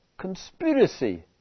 conspiracy